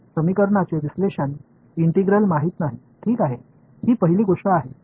ஒரு சமன்பாட்டின் பகுப்பாய்வு ஒருங்கிணைப்பு எனக்குத் தெரியாத சந்தர்ப்பம் இது இது முதல் விஷயம்